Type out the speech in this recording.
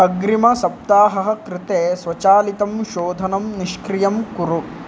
अग्रिमसप्ताहः कृते स्वचालितं शोधनं निष्क्रियं कुरु